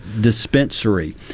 dispensary